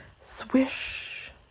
Swish